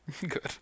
Good